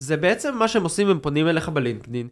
זה בעצם מה שהם עושים הם פונים אליך בלינקדאין